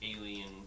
alien